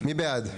מי בעד?